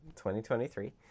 2023